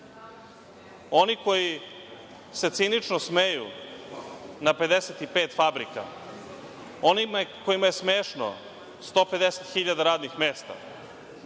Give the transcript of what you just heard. oni koji se cinično smeju na 55 fabrika, onima kojima je smešno 150 hiljada radnih mesta,